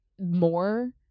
more